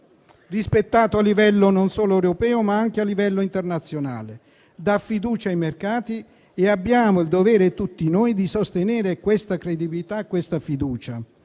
rispettato a livello non solo europeo, ma anche internazionale. Questo Governo dà fiducia ai mercati e abbiamo il dovere, tutti noi, di sostenere questa credibilità e questa fiducia.